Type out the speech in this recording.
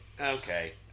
okay